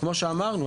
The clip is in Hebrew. כמו שאמרנו,